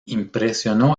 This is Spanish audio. impresionó